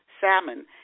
Salmon